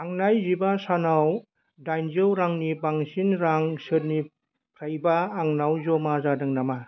थांनाय जिबा सानाव दाइनजौ रांनि बांसिन रां सोरनिफ्रायबा आंनाव जमा जादों नामा